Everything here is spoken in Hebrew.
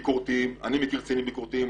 ביקורתיים, אני מכיר קצינים ביקורתיים.